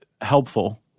helpful